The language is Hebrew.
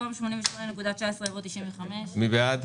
במקום 88.19 יבוא 95. מי בעד?